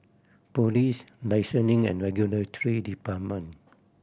Police Licensing and Regulatory Department